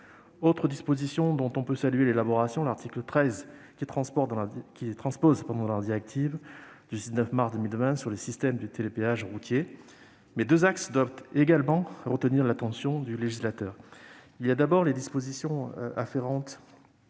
autre disposition dont on peut saluer l'élaboration. Il transpose la directive du 19 mars 2020 sur les systèmes de télépéage routier. Mais deux axes doivent également retenir l'attention du législateur. Il y a d'abord les dispositions afférentes